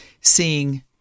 seeing